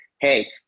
Hey